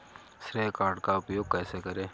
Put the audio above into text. श्रेय कार्ड का उपयोग कैसे करें?